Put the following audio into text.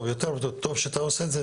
וטוב שאתה עושה את זה,